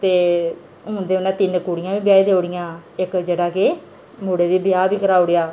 ते हून ते उन्नै तिन्न कुड़ियां ही ब्याही देई ओड़ियां इक जेह्ड़ा के मुड़े दा ब्याह् बी कराई ओड़ेआ